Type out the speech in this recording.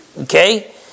Okay